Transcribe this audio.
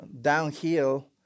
downhill